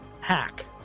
hack